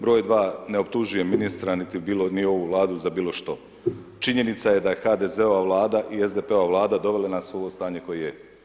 Broj dva, ne optužujem ministra niti bilo, ni ovu Vladu za bilo što, činjenica je da je HDZ-ova Vlada i SDP-ova Vlada, dovela nas u ovo stanje koje je.